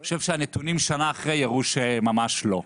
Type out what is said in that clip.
אני חושב שהנתונים שנה אחרי יראו שממש לא,